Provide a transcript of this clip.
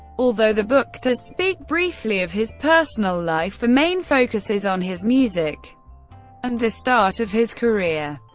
although the book does speak briefly of his personal life, the main focus is on his music and the start of his career.